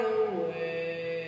away